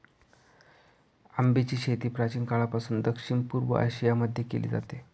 आंब्याची शेती प्राचीन काळापासून दक्षिण पूर्व एशिया मध्ये केली जाते